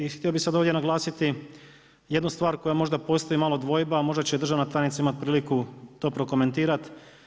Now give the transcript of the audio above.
I htio bih sad ovdje naglasiti jednu stvar koja možda postoji malo dvojba a možda će državna tajnica imati priliku to prokomentirati.